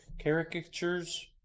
caricatures